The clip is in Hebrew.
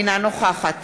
אינה נוכחת